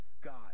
God